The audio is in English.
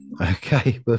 Okay